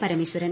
Parameswaran